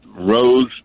rose